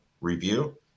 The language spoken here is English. review